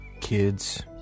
kids